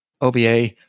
OBA